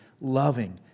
loving